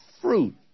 fruit